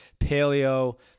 paleo